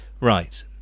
Right